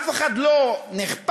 אף אחד לא נחפז,